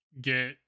get